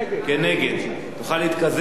תוכל להתקזז עם חברת הכנסת תירוש,